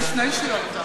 הגעתי לפני שהיא הועלתה.